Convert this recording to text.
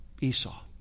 Esau